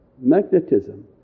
magnetism